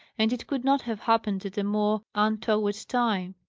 and it could not have happened at a more untoward time.